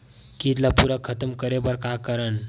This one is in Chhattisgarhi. कीट ला पूरा खतम करे बर का करवं?